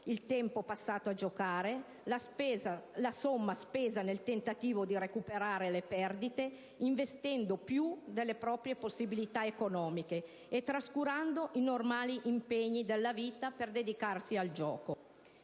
il tempo passato a giocare, la somma spesa nel tentativo di recuperare le perdite, investendo più delle proprie possibilità economiche e trascurando i normali impegni della vita per dedicarsi al gioco.